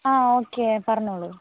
ആ ഓക്കെ പറഞ്ഞോളൂ